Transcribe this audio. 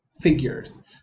Figures